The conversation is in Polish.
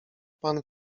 pan